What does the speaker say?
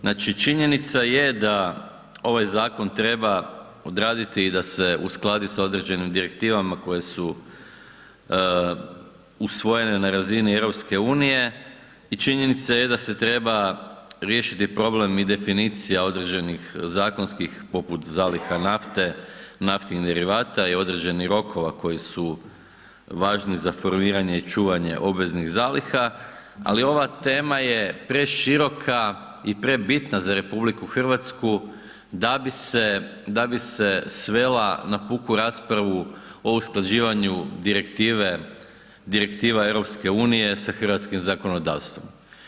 Znači činjenica je da ovaj zakon treba odraditi i da se uskladi sa određenim direktivama koje su usvojene na razini EU i činjenica je da se treba riješiti problem i definicija određenih zakonskih poput zaliha nafte, naftnih derivata i određenih rokova koji su važni za formiranje i čuvanje obveznih zaliha ali ova tema je preširoka i prebitna za RH da bi se svela na puku raspravu o usklađivanju direktive, direktiva EU sa hrvatskim zakonodavstvom.